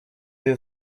you